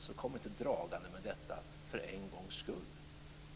Så kom inte dragande med detta "för en gångs skull"!